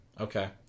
Okay